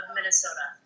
Minnesota